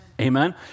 Amen